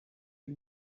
you